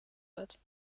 wird